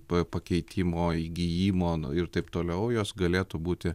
pakeitimo įgijimo ir taip toliau jos galėtų būti